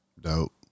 Dope